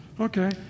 Okay